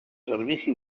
servici